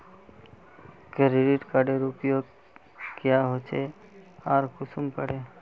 Credit कार्डेर उपयोग क्याँ होचे आर कुंसम करे?